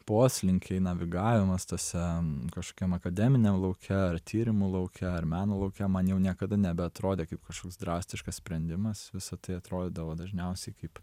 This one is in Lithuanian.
poslinkiai navigavimas tose kažkokiam akademiniam lauke ar tyrimų lauke ar meno lauke man jau niekada nebeatrodė kaip kažkoks drastiškas sprendimas visa tai atrodydavo dažniausiai kaip